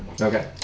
Okay